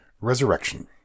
Resurrection